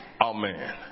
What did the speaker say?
Amen